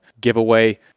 giveaway